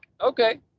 Okay